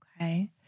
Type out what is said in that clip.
okay